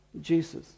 Jesus